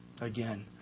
again